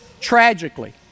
Tragically